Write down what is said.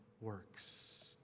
works